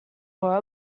were